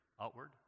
outward